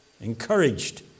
Encouraged